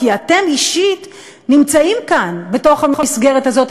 כי אתם אישית נמצאים כאן בתוך המסגרת הזאת,